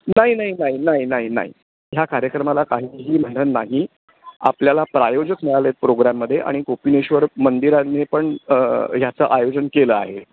नाही नाही नाही नाही नाही नाही ह्या कार्यक्रमाला काहीही मेहनत नाही आपल्याला प्रायोजक मिळालेत प्रोग्राममध्ये आणि कोपिनेश्वर मंदिराने पण ह्याचं आयोजन केलं आहे